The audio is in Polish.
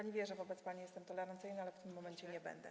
Pani wie, że wobec pani jestem tolerancyjna, ale w tym momencie nie będę.